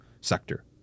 sector